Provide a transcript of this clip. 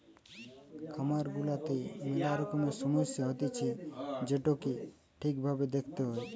খামার গুলাতে মেলা রকমের সমস্যা হতিছে যেটোকে ঠিক ভাবে দেখতে হয়